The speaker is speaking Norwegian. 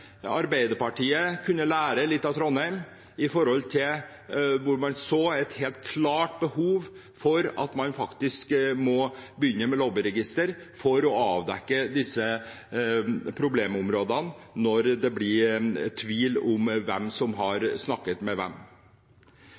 litt av Trondheim, hvor man så et helt klart behov for å begynne med et lobbyregister for å avdekke disse problemområdene når det blir tvil om hvem som har snakket med hvem.